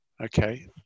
Okay